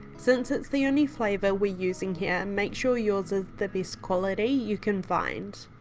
since that's the only flavour we're using here make sure your's is the best quality you can find.